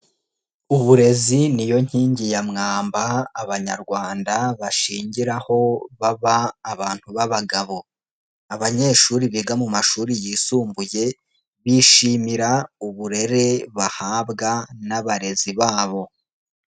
Uburezi niyo nkingi ya mwamba Abanyarwanda bashingiraho baba abantu b'abagabo, abanyeshuri biga mu mashuri yisumbuye, bishimira uburere bahabwa n'abarezi babo.